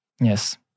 Yes